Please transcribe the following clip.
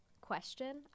Question